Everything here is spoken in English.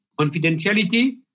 confidentiality